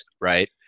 right